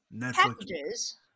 packages